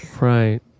Right